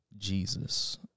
jesus